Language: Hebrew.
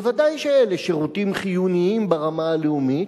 ודאי שאלה שירותים חיוניים ברמה הלאומית.